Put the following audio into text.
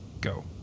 Go